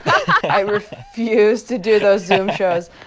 i refuse to do those zoom shows.